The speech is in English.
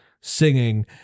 singing